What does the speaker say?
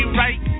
right